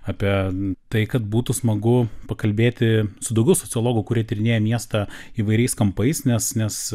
apie tai kad būtų smagu pakalbėti su daugiau sociologų kurie tyrinėja miestą įvairiais kampais nes nes